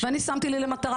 אני שמתי לי למטרה,